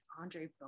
andre